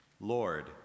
Lord